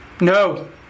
No